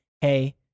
hey